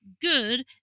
good